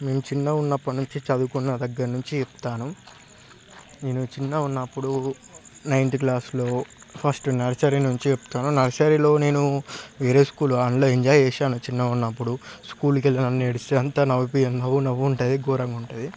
మేము చిన్నగా ఉన్నప్పటి నుంచి చదువుకున్న దగ్గరి నుంచి చెప్తాను నేను చిన్నగా ఉన్నప్పుడు నైన్త్ క్లాసులో ఫస్ట్ నర్సరీ నుంచి చెప్తాను నర్సరీలో నేను వేరే స్కూల్ అందులో ఎంజాయ్ చేశాను చిన్నగా ఉన్నపుడు స్కూలుకి వెళ్ళను అని ఏడిస్తే అంత నవూపి నవ్వు నవ్వు ఉంటుంది ఘోరంగా ఉంటుంది